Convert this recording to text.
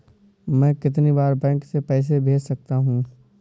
मैं कितनी बार बैंक से पैसे भेज सकता हूँ?